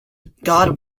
god